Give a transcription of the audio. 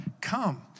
Come